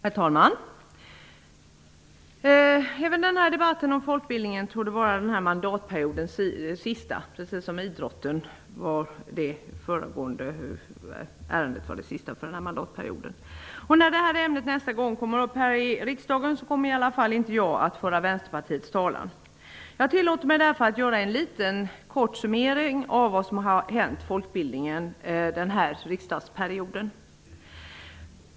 Herr talman! Även den här debatten om folkbildningen torde vara denna mandatperiods sista, precis som debatten i ärendet om idrotten. När ämnet nästa gång kommer upp här i riksdagen kommer i alla fall inte jag att föra Vänsterpartiets talan. Jag tillåter mig därför att göra en kort summering av vad som hänt folkbildningen den här riksdagsperioden.